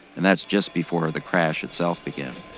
and that's just before the crash itself began.